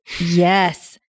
Yes